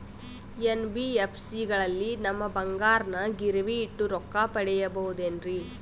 NBFC ಗಳಲ್ಲಿ ನಮ್ಮ ಬಂಗಾರನ ಗಿರಿವಿ ಇಟ್ಟು ರೊಕ್ಕ ಪಡೆಯಬಹುದೇನ್ರಿ?